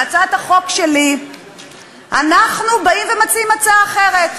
בהצעת החוק שלי אנחנו באים ומציעים הצעה אחרת,